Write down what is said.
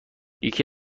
یکی